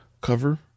cover